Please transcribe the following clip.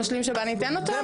המשלים שב"ן ייתן אותם?